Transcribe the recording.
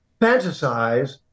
fantasize